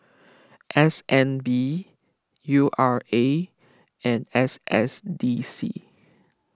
S N B U R A and S S D C